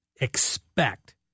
expect